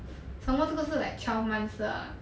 some more 这个是 like twelve months 的 ah